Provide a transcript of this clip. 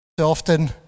often